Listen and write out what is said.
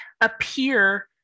appear